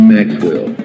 Maxwell